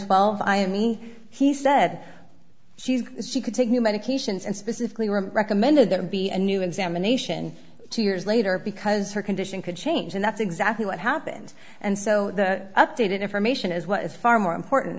twelve i mean he said she is she could take new medications and specifically were recommended that it be a new examination two years later because her condition could change and that's exactly what happened and so the updated information is what is far more important